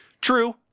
True